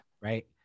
Right